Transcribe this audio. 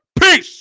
Peace